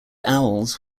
owls